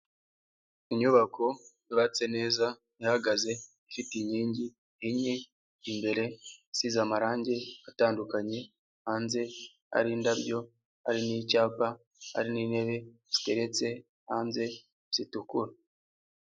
Inyubako yutse neza yahagaze ifite inkingi enye imbere isize amarangi atandukanye hanze hari indabyo hari n'icyapa ari n'intebe ziteretse hanze zitukura.